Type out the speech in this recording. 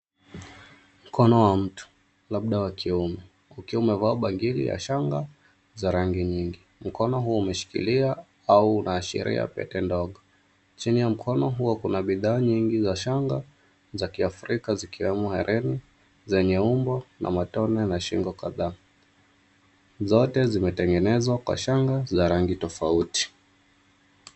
Mkono wa mtu labda wa kiume, ukiwa umevaa bangili ya shanga za rangi nyingi. Mkono huo umeshikilia au unaashiria pete ndogo. Chini ya mkono huo kuna bidhaa nyingi za shanga za kiafrika zikiwemo hereni zenye umbo na matone na shingo kadhaa. Zote zimetengenezwa kwa shanga za rangi tofauti.